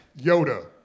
Yoda